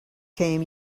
came